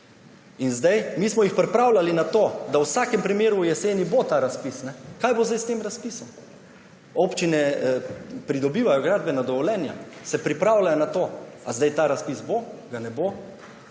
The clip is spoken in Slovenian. in dedkov. Mi smo jih pripravljali na to, da v vsakem primeru bo v jeseni ta razpis. Kaj bo zdaj s tem razpisom? Občine pridobivajo gradbena dovoljenja, se pripravljajo na to. A zdaj ta razpis bo ali ga ne bo?